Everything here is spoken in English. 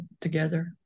together